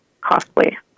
costly